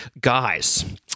guys